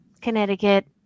Connecticut